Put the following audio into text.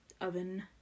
oven